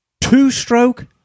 two-stroke